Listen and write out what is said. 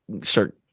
start